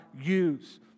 use